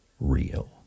real